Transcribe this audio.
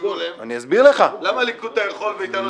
אז למה הליכוד מקבל ייצוג הולם?